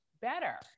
better